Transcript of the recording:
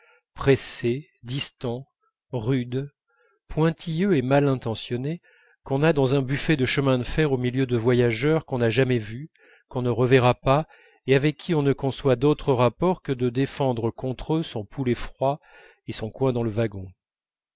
pressé distant rude pointilleux et malintentionné qu'on a dans un buffet de chemin de fer au milieu de voyageurs qu'on n'a jamais vus qu'on ne reverra pas et avec qui on ne conçoit d'autres rapports que de défendre contre eux son poulet froid et son coin dans le wagon